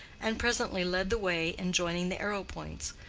and presently led the way in joining the arrowpoints,